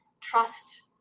trust